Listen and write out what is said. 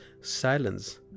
silence